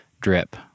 drip